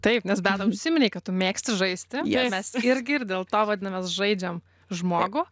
taip nes beata užsiminei kad tu mėgsti žaisti jei mes irgi ir dėl to vadinamės žaidžiam žmogų